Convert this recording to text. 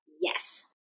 yes